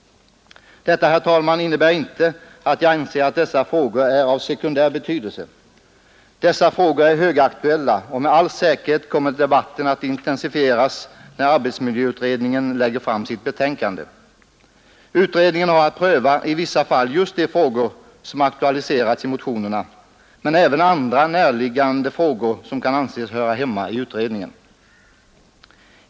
Men detta innebär inte, herr talman, att jag anser att dessa frågor är av sekundär betydelse. Dessa frågor är högaktuella, och debatten kommer med all säkerhet att intensifieras när arbetsmiljöutredningen lägger fram sitt betänkande. Utredningen har i vissa fall att pröva just de frågor som aktualiserats i motionerna, men även andra närliggande frågor som kan anses höra hemma i utredningen.